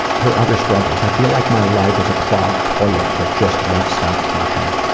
her other struggles. i feel like my life is a clogged toilet that just won't stop flushing.